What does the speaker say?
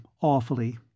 awfully